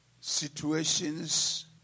situations